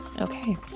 okay